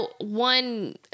one